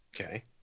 Okay